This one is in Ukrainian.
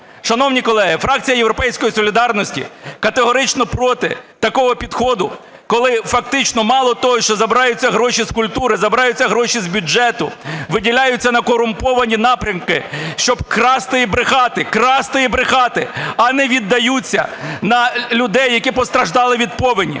Шановні колеги, фракція "Європейської солідарності" категорично проти такого підходу, коли фактично мало того, що забираються гроші з культури, забираються гроші з бюджету, виділяються на корумповані напрямки, щоб красти і брехати, красти і брехати, а не віддаються на людей, які постраждали від повені,